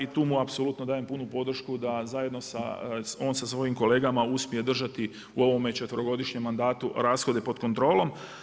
I tu mu apsolutno dajem punu podršku da zajedno sa, on sa svojim kolegama uspije držati u ovome četverogodišnjem mandatu rashode pod kontrolom.